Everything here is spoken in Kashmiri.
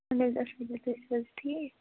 اَہَن حظ اَصٕل پٲٹھۍ تُہۍ چھُو حظ ٹھیٖک